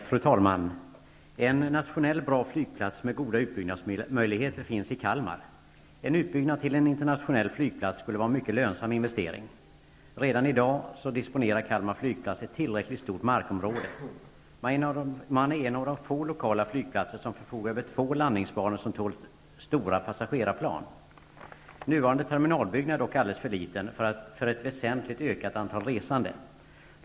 Fru talman! En nationell bra flygplats med goda utbyggnadsmöjligheter finns i Kalmar. En utbyggnad till en internationell flygplats skulle vara en mycket lönsam investering. Redan i dag disponerar Kalmar flygplats ett tillräckligt stort markområde. Kalmar flygplats är en av de få lokala flygplatser som förfogar över två landningsbanor som tål stora passagerarplan. Nuvarande terminalbyggnad är dock alldeles för liten för ett väsentligt ökat antal resande.